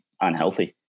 unhealthy